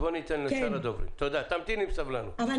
תמתיני בסבלנות.